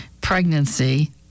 pregnancy